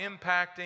impacting